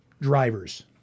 drivers